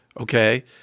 okay